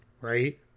right